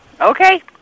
okay